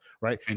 Right